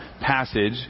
passage